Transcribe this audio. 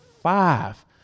five